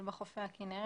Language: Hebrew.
בחופי הכנרת (שינוי תחום האיגוד),